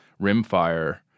rimfire